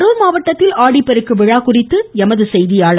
கரூர் மாவட்டத்தில் ஆடிப்பெருக்கு விழா குறித்து எமது செய்தியாளர்